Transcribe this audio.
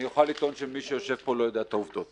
אני אוכל לטעון שמי שיושב פה לא יודע את העובדות.